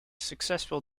successful